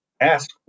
ask